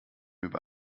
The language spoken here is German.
über